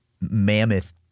mammoth